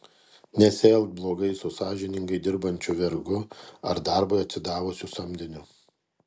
nesielk blogai su sąžiningai dirbančiu vergu ar darbui atsidavusiu samdiniu